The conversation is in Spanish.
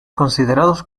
considerados